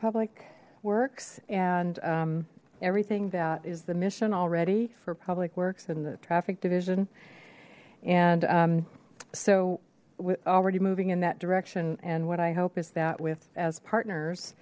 public works and everything that is the mission already for public works and the traffic division and so we're already moving in that direction and what i hope is that with as partners